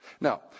Now